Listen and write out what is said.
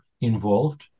involved